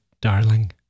darling